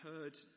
heard